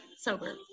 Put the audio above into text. Sober